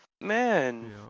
Man